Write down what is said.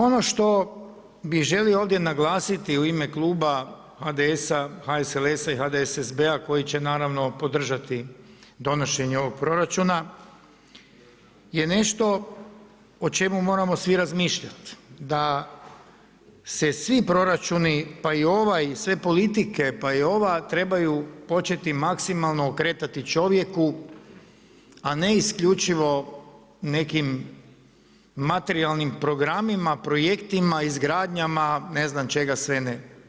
Ono što bih želio ovdje naglasiti u ime kluba HDS-a, HSLS-a i HDSSB-a koji će naravno podržati donošenje ovog proračuna je nešto o čemu moramo svi razmišljati, da se svi proračuni pa i ovaj, sve politike pa i ova trebaju početi maksimalno okretati čovjeku, a ne isključivo nekim materijalnim programima, projektima, izgradnjama ne znam čega sve ne.